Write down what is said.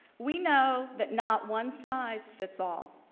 we know that not one size fits all.